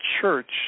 church